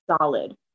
solid